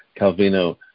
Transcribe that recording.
Calvino